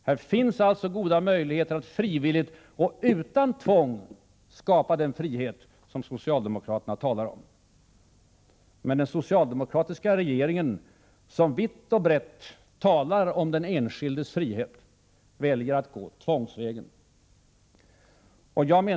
Här finns alltså goda möjligheter att frivilligt och utan tvång skapa den frihet som socialdemokraterna talar om. Men den socialdemokratiska regeringen, som vitt och brett talar om den enskildes frihet, väljer att gå tvångsvägen.